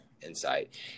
insight